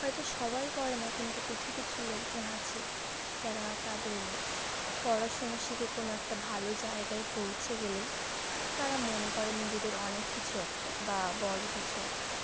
হয়তো সবাই করে না কিন্তু কিছু কিছু লোকজন আছে যারা তাদের পড়াশুনো শিখে কোনো একটা ভালো জায়গায় পৌঁছে গেলে তারা মনে করে নিজেদের অনেক কিছু একটা বা বড়ো কিছু একটা